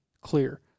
clear